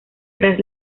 tras